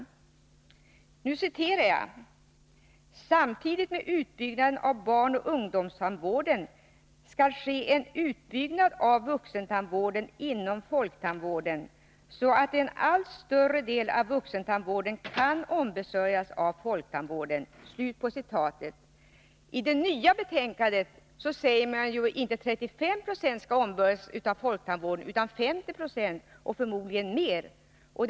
Låt mig citera ur pressmeddelandet: ”Samtidigt med utbyggnaden av barnoch ungdomstandvården skall ske en utbyggnad av vuxentandvården inom folktandvården så att en allt större del av vuxentandvården kan ombesörjas av folktandvården.” I det nya betänkandet säger man inte att 35 90 av vuxentandvården utan att 50 20 och förmodligen mer skall ombesörjas av folktandvården.